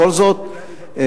בכל זאת,